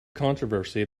controversy